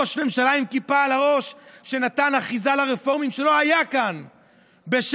ראש ממשלה עם כיפה על הראש שנתן אחיזה שלא הייתה כאן לרפורמים.